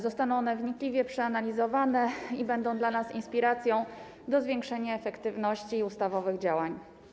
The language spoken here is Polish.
Zostaną one wnikliwie przeanalizowane i będą dla nas inspiracją do zwiększenia efektywności ustawowych działań.